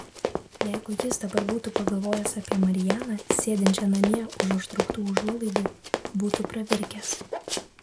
jeigu jis dabar būtų pagalvojęs apie marianą sėdinčią namie už užtrauktų užuolaidų būtų pravirkęs